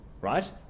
right